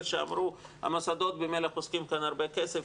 שאמרו שהמוסדות ממילא חוסכים כאן הרבה כסף,